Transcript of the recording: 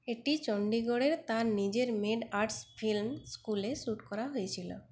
এটি চন্ডীগড়ের তার নিজের মেড আর্টস ফিল্ম স্কুলে শুট করা হয়েছিল